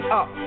up